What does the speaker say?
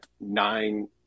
nine